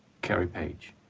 carrie paige?